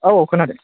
औ औ खोनादों